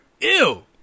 ew